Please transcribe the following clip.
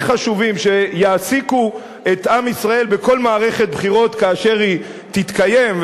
חשובים שיעסיקו את עם ישראל בכל מערכת בחירות כאשר היא תתקיים,